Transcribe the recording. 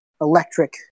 electric